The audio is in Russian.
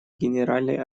генеральной